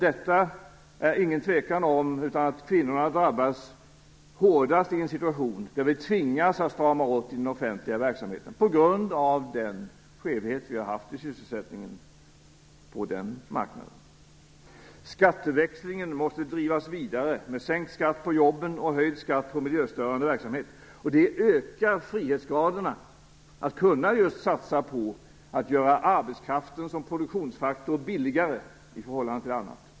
Det är ingen tvekan om att kvinnorna drabbas hårdast i en situation då vi tvingas strama åt i den offentliga verksamheten, på grund av den skevhet vi har haft i sysselsättningen på den marknaden. Skatteväxlingen måste drivas vidare med sänkt skatt på jobben och höjd skatt på miljöstörande verksamhet. Det ökar frihetsgraden att kunna satsa på att göra arbetskraften som produktionsfaktor billigare i förhållande till annat.